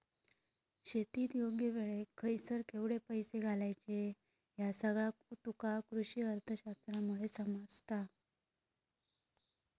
शेतीत योग्य वेळेक खयसर केवढे पैशे घालायचे ह्या सगळा तुका कृषीअर्थशास्त्रामुळे समजता